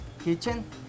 kitchen